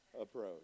approach